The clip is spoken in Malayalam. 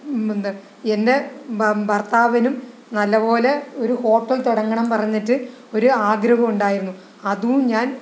എൻ്റെ ഭർത്താവിനും നല്ല പോലെ ഒരു ഹോട്ടൽ തുടങ്ങണം പറഞ്ഞിട്ട് ഒരു ആഗ്രഹം ഉണ്ടായിരുന്നു അതും ഞാൻ